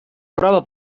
prova